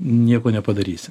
nieko nepadarysi